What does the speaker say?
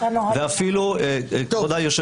ואפילו כבודה,